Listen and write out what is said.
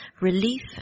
relief